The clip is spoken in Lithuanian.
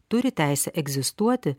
turi teisę egzistuoti